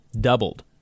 doubled